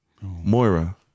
Moira